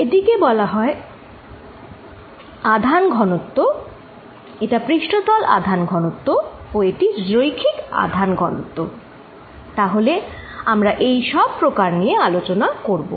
এটিকে বলা হয় আধান ঘনত্ব এটা পৃষ্ঠতল আধান ঘনত্ব ও এটি রৈখিক আধান ঘনত্ব তাহলে আমরা এই সব প্রকার নিয়ে আলোচনা করব